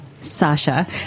Sasha